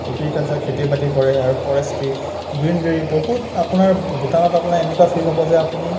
agriculture খেতি বাতি কৰে আৰু ফৰেষ্ট্ৰি গ্ৰীনেৰী বহুত আপোনাৰ ভূটানত আপোনাৰ এনেকুৱা ফিল হ'ব যে আপুনি